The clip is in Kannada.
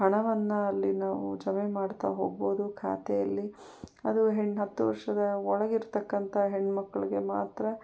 ಹಣವನ್ನು ಅಲ್ಲಿ ನಾವು ಜಮೆ ಮಾಡ್ತಾ ಹೋಗ್ಬೋದು ಖಾತೆಯಲ್ಲಿ ಅದು ಹೆಣ್ಣು ಹತ್ತು ವರ್ಷದ ಒಳಗಿರತಕ್ಕಂಥ ಹೆಣ್ಮಕ್ಕಳಿಗೆ ಮಾತ್ರ